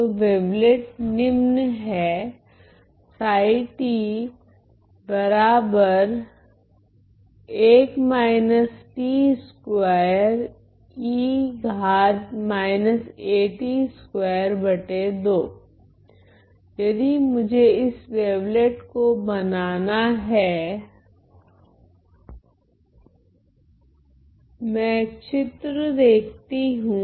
तो वेवलेट निम्न है यदि मुझे इस वेवलेट को बनाना है मैं चित्र देखती हूँ